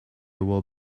will